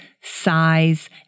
size